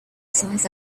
size